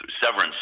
severance